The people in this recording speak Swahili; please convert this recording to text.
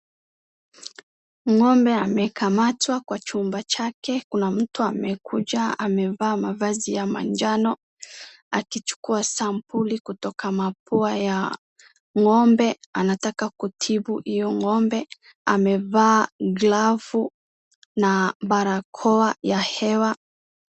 Ng'ombe amekamatwa kwa chumba chake. Kuna mtu amekuja amevaa mavazi ya majano akichukua sampuli kutoka mapua ya ng'ombe. Anataka kutib hiyo ng'ombe. Amevaa glavu na barakoa ya hewa.